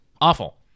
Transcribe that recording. awful